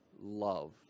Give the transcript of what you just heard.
love